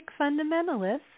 fundamentalists